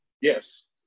Yes